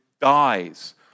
dies